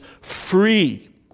free